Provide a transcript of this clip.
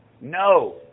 No